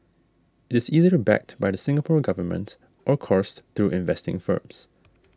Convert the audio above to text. it is either backed by the Singapore Government or coursed through investing firms